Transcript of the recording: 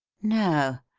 no.